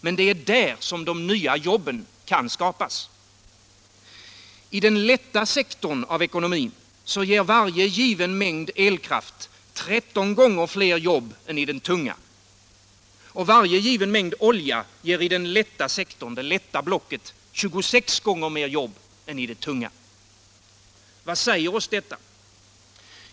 Men det är där som de nya jobben kan skapas. I den lätta sektorn av ekonomin ger varje given mängd elkraft 13 gånger fler jobb än i den tunga, och varje given mängd olja ger i den lätta sektorn 26 gånger fler jobb än i den tunga. Vad säger oss detta?